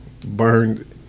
burned